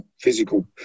physical